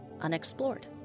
unexplored